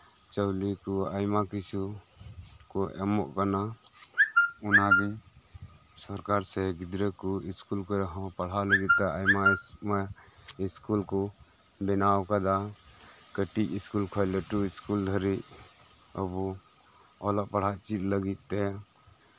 ᱪᱟᱣᱞᱤ ᱠᱚ ᱟᱭᱢᱟ ᱠᱤᱪᱷᱩ ᱠᱚ ᱮᱢᱚᱜ ᱠᱟᱱᱟ ᱚᱱᱟᱜᱮ ᱥᱚᱨᱠᱟᱨ ᱥᱮ ᱜᱤᱫᱽᱨᱟᱹ ᱠᱚ ᱤᱥᱠᱩᱞ ᱠᱚᱨᱮᱜ ᱦᱚᱸ ᱯᱟᱲᱦᱟᱣ ᱞᱟᱹᱜᱤᱫᱛᱮ ᱟᱭᱢᱟ ᱤᱥᱠᱩᱞ ᱠᱚ ᱵᱮᱱᱟᱣ ᱠᱟᱫᱟ ᱠᱟᱹᱴᱤᱡ ᱤᱥᱠᱩᱞ ᱠᱷᱚᱱ ᱞᱟᱹᱴᱩ ᱤᱥᱠᱩᱞ ᱫᱷᱟᱹᱨᱤᱡ ᱟᱵᱚ ᱚᱞᱚᱜ ᱯᱟᱲᱦᱟᱜ ᱪᱮᱫ ᱞᱟᱹᱜᱤᱫᱛᱮ